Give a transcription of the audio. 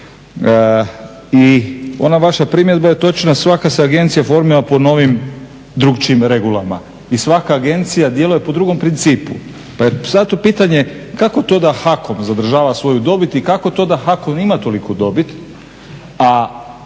I ona vaša primjedba je točna, svaka se agencija formira po novim drugačijim regulama i svaka agencija djeluje po drugom principu. Pa je zato pitanje kako to da Hakom zadržava svoju dobit i kako to da Hakom ima toliku dobit, a